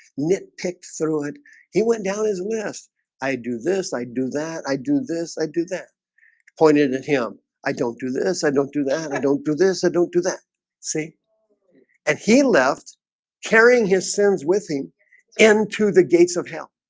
nitpicked threw it he went down his with i do this. i do that. i do this i do that point it it in him. i don't do this. i don't do that. i don't do this. i don't do that see and he left carrying his sins with him into the gates of hell